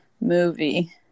movie